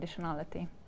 conditionality